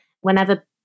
whenever